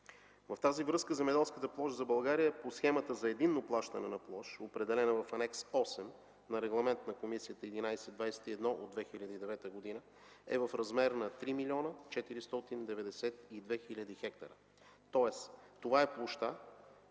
В тази връзка земеделската площ за България по Схемата за единно плащане на площ, определена в Анекс 8, на Регламент на Комисията 1121 от 2009 г., е в размер на 3 млн. 492 хил. хектара. Тоест, това е площта